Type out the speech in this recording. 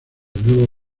nuevo